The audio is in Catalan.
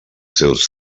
seus